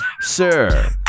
Sir